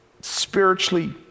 spiritually